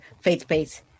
faith-based